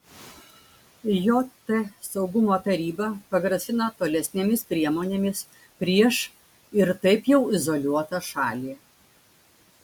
jt saugumo taryba pagrasino tolesnėmis priemonėmis prieš ir taip jau izoliuotą šalį